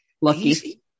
Lucky